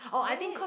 maybe